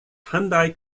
hyundai